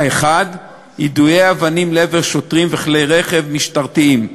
האחד, יידוי אבנים לעבר שוטרים וכלי רכב משטרתיים.